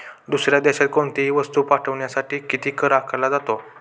दुसऱ्या देशात कोणीतही वस्तू पाठविण्यासाठी किती कर आकारला जातो?